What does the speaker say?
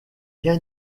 rien